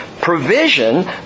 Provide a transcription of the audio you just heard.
provision